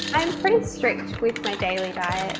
pretty strict with my daily diet,